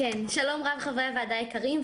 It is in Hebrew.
חברי הוועדה היקרים,